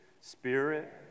spirit